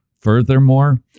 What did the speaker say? Furthermore